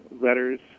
letters